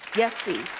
yes steve?